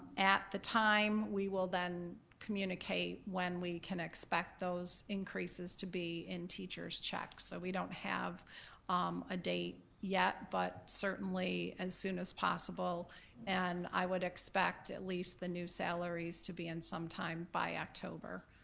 at the time we will then communicate when we can expect those increases to be in teacher's checks. so we don't have a date yet but certainly as soon as possible and i would expect, at least, the new salaries to be in sometime by october.